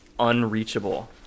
unreachable